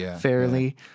fairly